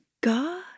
God